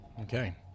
Okay